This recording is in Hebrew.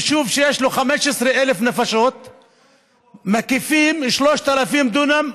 יישוב שיש בו 15,000 נפשות מקיפים ב-3,000 דונם,